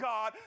God